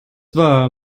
war